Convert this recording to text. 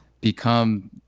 become